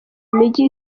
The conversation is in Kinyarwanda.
mijyi